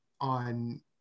on